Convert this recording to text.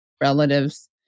relatives